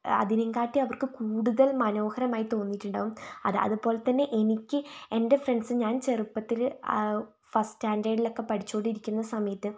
അതിനേക്കാട്ടിയും അവർക്ക് കൂടുതൽ മനോഹരമായി തോന്നിയിട്ടുണ്ടാവും അത് അതുപോലെത്തന്നെ എനിക്ക് എൻ്റെ ഫ്രണ്ട്സ് ഞാൻ ചെറുപ്പത്തിൽ ഫസ്റ്റ് സ്റ്റാൻ്റേർഡിലൊക്കെ പഠിച്ചുകൊണ്ടിരിക്കുന്ന സമയത്ത്